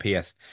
ps